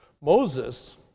Moses